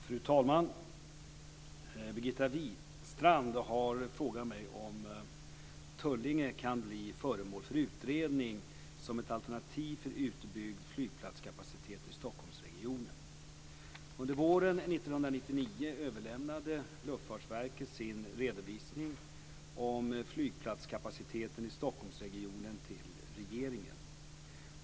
Fru talman! Birgitta Wistrand har frågat mig om Tullinge kan bli föremål för utredning som ett alternativ för utbyggd flygplatskapacitet i Stockholmsregionen. Under våren 1999 överlämnade Luftfartsverket sin redovisning om flygplatskapaciteten i Stockholmsregionen till regeringen.